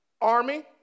army